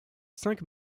cinq